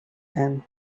and